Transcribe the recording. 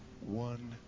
one